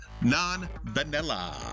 Non-Vanilla